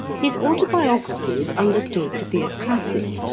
his autobiography is understood to be a classic,